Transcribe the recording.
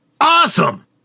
Awesome